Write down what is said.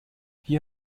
hier